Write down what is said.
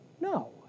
No